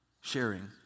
sharing